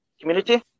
community